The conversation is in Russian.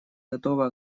готова